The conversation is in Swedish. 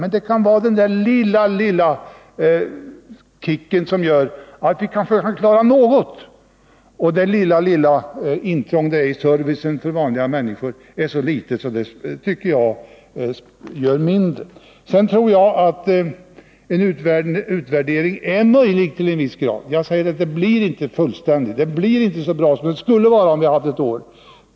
Men det kan vara den lilla ”kicken” som gör att vi kanske kan klara några av problemen. Och intrånget i servicen för vanliga människor är så litet att det inte har någon större betydelse. Jag tror att en utvärdering är möjlig att åstadkomma. Den blir inte fullständig eller så bra som den skulle ha kunnat bli om försöksperioden varit ett år.